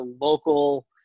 local